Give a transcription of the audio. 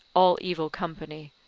all evil company?